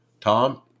Tom